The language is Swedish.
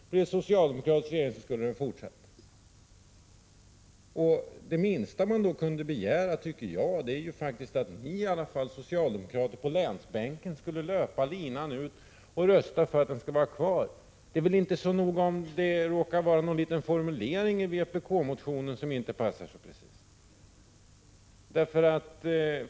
Blev det socialdemokratisk regering skulle Örebromodellen fortsätta. Det minsta man kan begära är ändå, tycker jag, att ni socialdemokrater på länsbänken skulle löpa linan ut och rösta för att den skall vara kvar. Det är väl inte så noga om det råkar vara någon liten formulering i vpk-reservationen som inte passar precis.